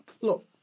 Look